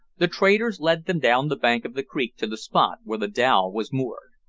the traders led them down the bank of the creek to the spot where the dhow was moored.